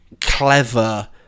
clever